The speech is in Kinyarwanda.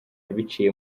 biciye